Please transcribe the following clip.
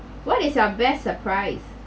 what is your best surprise